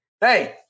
hey